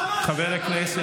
החמאס,